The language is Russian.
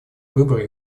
выбор